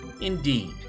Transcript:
Indeed